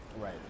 Right